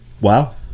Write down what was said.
Wow